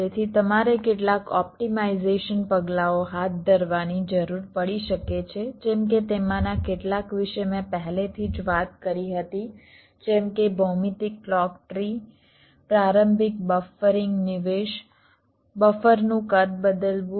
તેથી તમારે કેટલાક ઓપ્ટિમાઇઝેશન પગલાઓ હાથ ધરવાની જરૂર પડી શકે છે જેમ કે તેમાંના કેટલાક વિશે મેં પહેલેથી જ વાત કરી હતી જેમ કે ભૌમિતિક ક્લૉક ટ્રી પ્રારંભિક બફરિંગ નિવેશ બફરનું કદ બદલવું